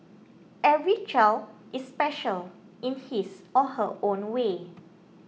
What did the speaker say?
every child is special in his or her own way